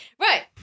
Right